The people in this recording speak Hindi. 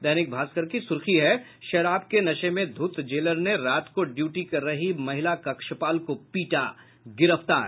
दैनिक भास्कर की सुर्खी है शराब के नशे में धुत जेलर ने रात को ड्यूटी कर रही महिला कक्षपाल को पीटा गिरफ्तार